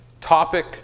topic